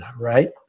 right